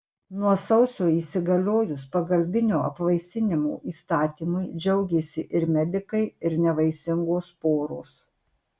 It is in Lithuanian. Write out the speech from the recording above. nuo sausio įsigaliojus pagalbinio apvaisinimo įstatymui džiaugėsi ir medikai ir nevaisingos poros